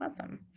awesome